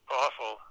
awful